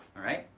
all right?